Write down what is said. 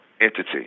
entity